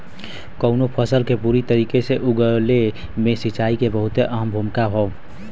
कउनो फसल के पूरी तरीके से उगले मे सिंचाई के बहुते अहम भूमिका हौ